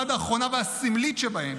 עד האחרונה והסמלית שבהן,